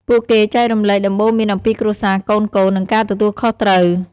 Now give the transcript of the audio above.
ពួកគេចែករំលែកដំបូន្មានអំពីគ្រួសារ កូនៗ និងការទទួលខុសត្រូវ។